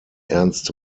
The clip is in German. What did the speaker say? ernst